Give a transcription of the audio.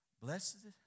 Blessed